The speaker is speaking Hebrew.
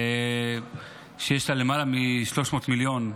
שיש לה למעלה מ-300 מיליון,